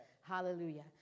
Hallelujah